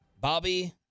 Bobby